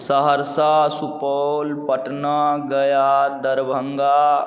Saharsa Supaul Patna Gaya Darbhanga